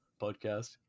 podcast